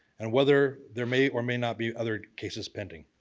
and whether there may or may not be other cases pending?